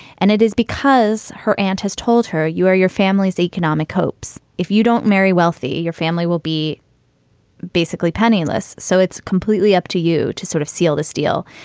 and it is because her and has told her you are your family's economic hopes. if you don't marry wealthy, your family will be basically penniless. so it's completely up to you to sort of seal this deal.